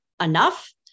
enough